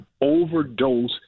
overdose